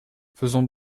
faisons